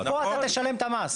פה אתה תשלם את המס.